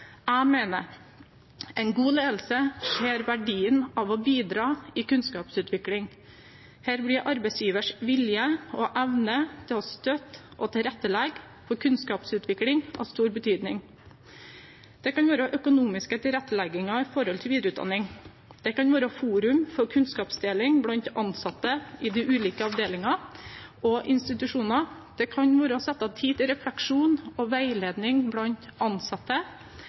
arbeidsgivers vilje og evne til å støtte og tilrettelegge for kunnskapsutvikling ha stor betydning. Det kan være økonomisk tilrettelegging for etter- og videreutdanning, det kan være forum for kunnskapsdeling blant ansatte i de ulike avdelinger og institusjoner, det kan være å sette av tid til refleksjon og veiledning blant ansatte,